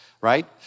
right